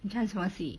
你看什么戏